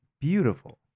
beautiful